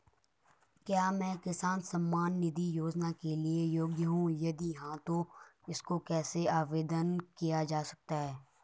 क्या मैं किसान सम्मान निधि योजना के लिए योग्य हूँ यदि हाँ तो इसको कैसे आवेदन किया जा सकता है?